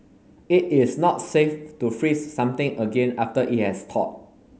it is not safe to freeze something again after it has thawed